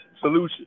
solution